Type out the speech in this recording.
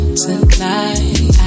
tonight